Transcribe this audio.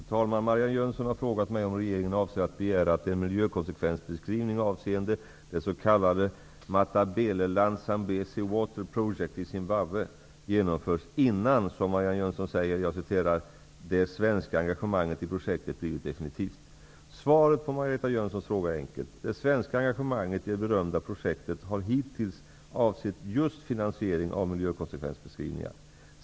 Herr talman! Marianne Jönsson har frågat mig om regeringen avser att begära att en miljökonsekvensbeskrivning avseende det s.k. Matabeleland Zambezi Water Projekt i Zimbabwe genomförs innan, som Marianne Jönsson säger, ''det svenska engagemanget i projektet blivit definitivt''. Svaret på Marianne Jönssons fråga är enkelt. Det svenska engagemanget i det berörda projektet har hittills avsett just finansiering av miljökonsekvensbeskrivningar.